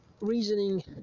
reasoning